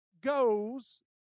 goes